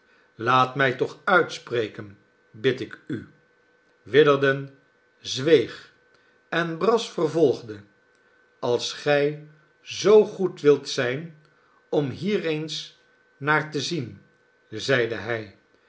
laat mij toch uitspreken bid ik u witherden zweeg en brass vervolgde als gij zoo goed wilt zijn om hier eens naar te zien zeide hij